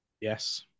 Yes